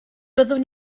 byddwn